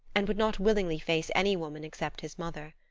and would not willingly face any woman except his mother.